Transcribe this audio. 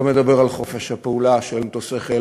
לא מדבר על חופש הפעולה של מטוסי חיל